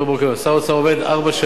שר האוצר עובד ארבע שנים,